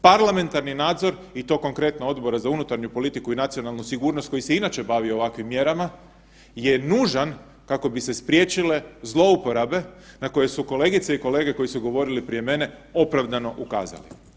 Parlamentarni nadzor i to konkretno Odbora za unutarnju politiku i nacionalnu sigurnost koji se inače bavi ovakvim mjerama je nužan kako bi se spriječile zlouporabe na koje su kolegice i kolege koji su govorili prije mene opravdano ukazali.